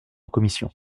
commission